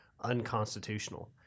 unconstitutional